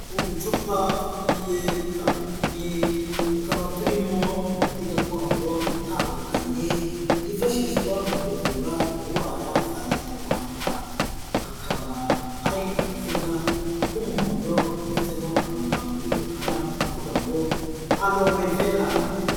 Uducupa tugiye dutandukanye, tukaba turimo imiti gakondo itandukanye, yifashishwa mu kuvura indwara za kinyarwanda, hakaba hari akaziga k'umuhondo kanditseho amagambo y'umukara avuga ngo Aloe vera.